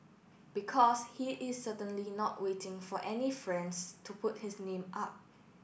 because he is certainly not waiting for any friends to put his name up